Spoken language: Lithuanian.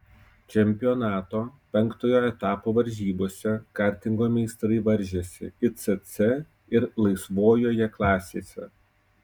čempionato penktojo etapo varžybose kartingo meistrai varžėsi icc ir laisvojoje klasėse